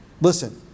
Listen